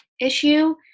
issue